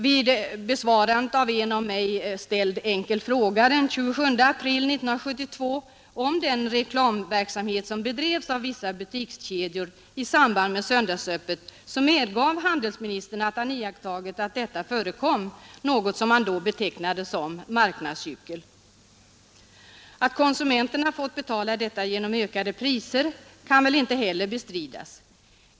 Vid besvarandet av en av mig ställd enkel fråga den 27 april om den reklamverksamhet som bedrevs av vissa butikskedjor i samband med söndagsöppet medgav handelsministern att han iakttagit att sådant förekom, något som han då betecknade som marknadsgyckel. Att konsumenterna får betala detta genom ökade priser kan väl inte bestridas.